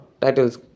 Titles